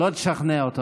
לא תשכנע אותו.